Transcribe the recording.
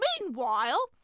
Meanwhile